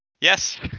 Yes